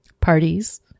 parties